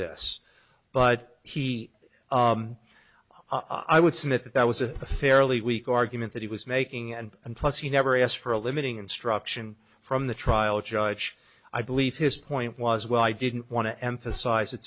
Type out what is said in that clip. this but he i would submit that that was a fairly weak argument that he was making and and plus he never asked for a limiting instruction from the trial judge i believe his point was well i didn't want to emphasize